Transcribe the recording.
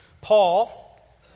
Paul